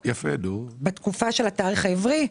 בתקופה של התאריך העברי,